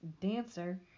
Dancer